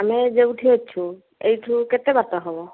ଆମେ ଯେଉଁଠି ଅଛି ଏଇଠୁ କେତେ ବାଟ ହେବ